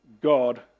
God